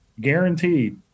Guaranteed